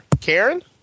Karen